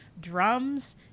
drums